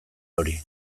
hori